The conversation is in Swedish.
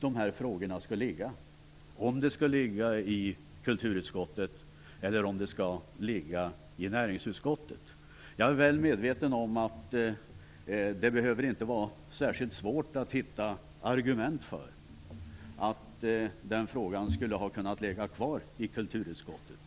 dessa frågor skall ligga; i kulturutskottet eller i näringsutskottet. Jag är väl medveten om att det inte behöver vara särskilt svårt att hitta argument för att dessa frågor hade kunnat ligga kvar i kulturutskottet.